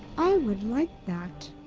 i would like that.